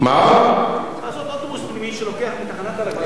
בתחנת הרכבת לעשות אוטובוס פנימי שלוקח מתחנת הרכבת,